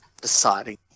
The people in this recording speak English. deciding